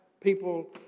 people